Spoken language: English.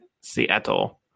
Seattle